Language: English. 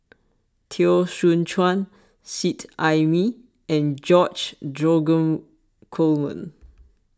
Teo Soon Chuan Seet Ai Mee and George Dromgold Coleman